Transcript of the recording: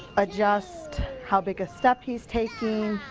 adjust how big a step he is taking,